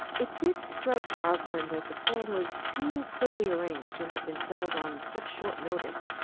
it did strike rosalind that the plan was too clearly arranged to have been settled on such short notice.